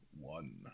one